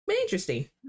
Interesting